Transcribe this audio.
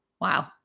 Wow